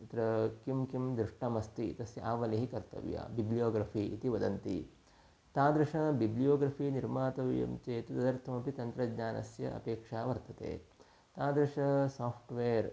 तत्र किं किं दृष्टमस्ति तस्य आवलिः कर्तव्या बिब्ल्योग्रफ़ि इति वदन्ति तादृशं बिब्ल्योग्रफ़ि निर्मातव्यं चेत् तदर्थमपि तन्त्रज्ञानस्य अपेक्षा वर्तते तादृशं साफ़्ट्वेर्